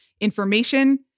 information